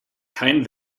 kein